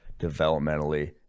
developmentally